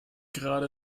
gerade